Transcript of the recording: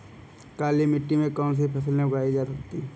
काली मिट्टी में कौनसी फसलें उगाई जा सकती हैं?